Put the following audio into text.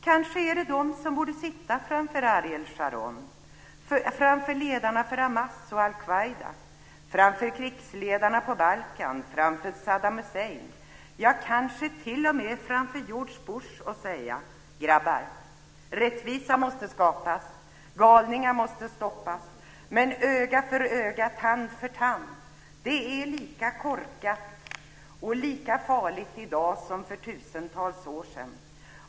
Kanske är det de som borde sitta framför Ariel Sharon, ledarna för Hamas och al Qaida, krigsledarna på Balkan, Sadam Hussein, ja, kanske t.o.m. framför George Bush och säga: Grabbar, rättvisa måste skipas. Galningar måste stoppas. Men öga för öga, tand för tand är lika korkat och lika farligt i dag som för tusentals år sedan.